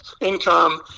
income